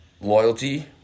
loyalty